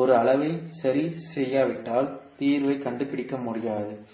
ஒரு அளவை சரி செய்யாவிட்டால் தீர்வைக் கண்டுபிடிக்க முடியாது